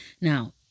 Now